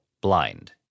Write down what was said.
blind